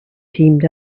teamed